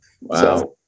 Wow